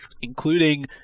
including